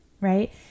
right